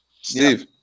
Steve